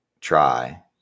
try